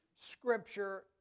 Scripture